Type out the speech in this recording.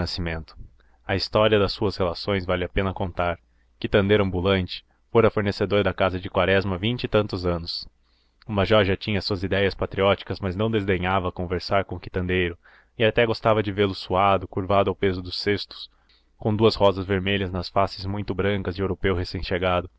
nascimento a história das suas relações vale a pena contar quitandeiro ambulante fora fornecedor da casa de quaresma há vinte e tantos anos o major já tinha as suas idéias patrióticas mas não desdenhava conversar com o quitandeiro e até gostava de vê-lo suado curvado ao peso dos cestos com duas rosas vermelhas nas faces muito brancas de europeu recém-chegado